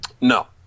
No